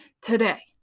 today